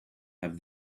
have